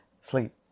sleep